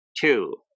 two